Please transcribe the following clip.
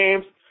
games